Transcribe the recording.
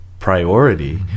Priority